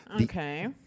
Okay